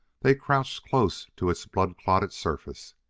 they crouched close to its blood-clotted surface,